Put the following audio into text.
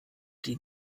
die